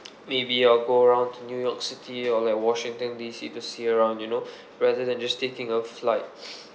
maybe I'll go around to new york city or like washington D_C to see around you know rather than just taking a flight